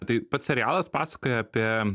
tai pats serialas pasakoja apie